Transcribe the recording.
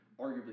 arguably